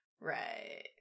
right